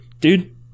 dude